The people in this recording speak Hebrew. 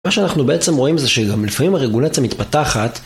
מה שאנחנו בעצם רואים זה שגם לפעמים הרגולציה מתפתחת.